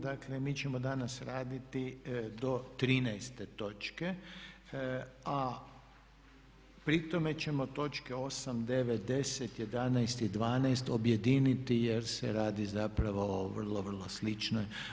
Dakle, mi ćemo danas raditi do 13 točke, a pri tome ćemo točke 8., 9., 10., 11. i 12. objediniti jer se radi zapravo o vrlo, vrlo sličnoj.